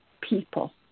people